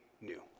new